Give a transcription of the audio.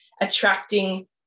attracting